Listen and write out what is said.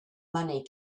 money